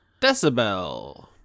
Decibel